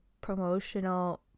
promotional